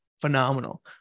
phenomenal